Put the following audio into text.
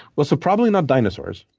well, so probably not dinosaurs.